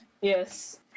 Yes